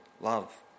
love